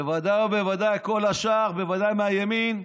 בוודאי ובוודאי כל השאר, בוודאי מהימין,